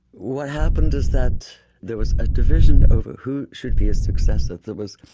what happened is that there was a division over who should be his successor. there was